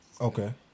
Okay